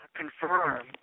confirm